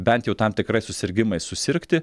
bent jau tam tikrais susirgimais susirgti